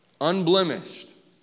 Unblemished